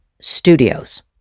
studios